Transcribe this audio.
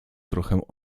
trochę